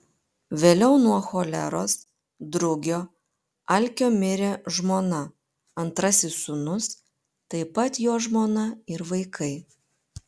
vėliau nuo choleros drugio alkio mirė žmona antrasis sūnus taip pat jo žmona ir vaikai